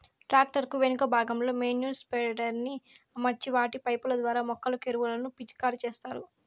tractor కు వెనుక భాగంలో మేన్యుర్ స్ప్రెడర్ ని అమర్చి వాటి పైపు ల ద్వారా మొక్కలకు ఎరువులను పిచికారి చేత్తారు